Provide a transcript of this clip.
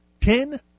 ten